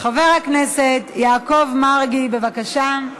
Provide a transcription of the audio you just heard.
חבר הכנסת יעקב מרגי, בבקשה.